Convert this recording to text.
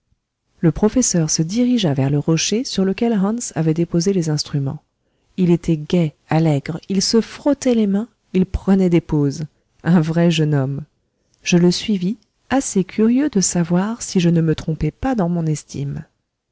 le professeur se dirigea vers le rocher sur lequel hans avait déposé les instrumente il était gai allègre il se frottait les mains il prenait des poses un vrai jeune homme je le suivis assez curieux de savoir si je ne me trompais pas dans mon estime